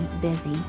busy